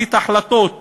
מחליט החלטות